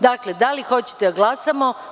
Dakle, da li hoćete da glasamo?